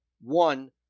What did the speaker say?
One